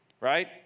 right